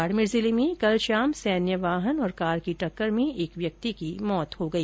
बाड़मेर जिले में कल शाम सैन्य वाहन और कार की टक्कर में एक व्यक्ति की मौत हो गई